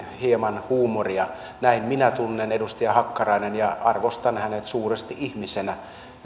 hieman huumoria näin minä tunnen edustaja hakkaraisen ja arvostan häntä suuresti ihmisenä